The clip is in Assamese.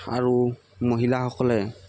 আৰু মহিলাসকলে